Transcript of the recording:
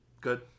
good